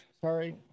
Sorry